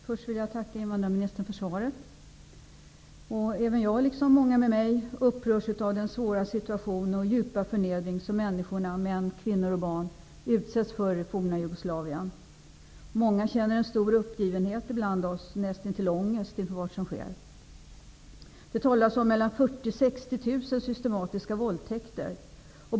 Fru talman! Jag tackar invandrarministern för svaret. Även jag, och många med mig, upprörs av den svåra situation och djupa förnedring som män, kvinnor och barn utsätts för i det forna Jugoslavien. Många av oss känner en stor uppgivenhet och näst intill ångest inför vad som sker. Det talas om 40 000--60 000 systematiska våldtäkter.